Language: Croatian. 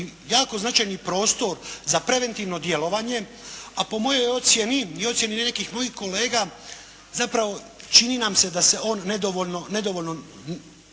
jako značajni prostor za preventivno djelovanje a po mojoj ocjeni i ocjeni nekih mojih kolega zapravo čini nam se da se on nedovoljno